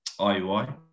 IUI